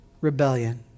rebellion